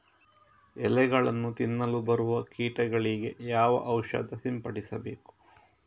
ಎಲೆಗಳನ್ನು ತಿನ್ನಲು ಬರುವ ಕೀಟಗಳಿಗೆ ಯಾವ ಔಷಧ ಸಿಂಪಡಿಸಬೇಕು?